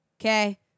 Okay